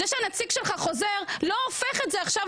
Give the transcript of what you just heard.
זה שהנציג שלך חוזר לא הופך את זה עכשיו